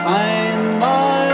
einmal